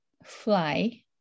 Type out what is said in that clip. fly